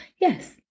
yes